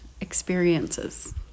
experiences